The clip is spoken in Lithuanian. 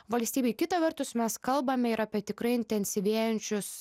valstybei kita vertus mes kalbame ir apie tikrai intensyvėjančius